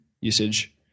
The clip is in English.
usage